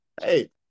Hey